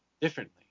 differently